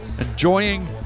enjoying